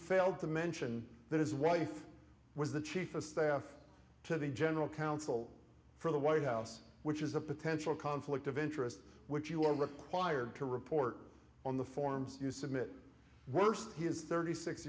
failed to mention that his wife was the chief of staff to the general counsel for the white house which is a potential conflict of interest which you are required to report on the forms you submit worst he is thirty six